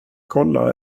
kolla